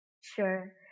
Sure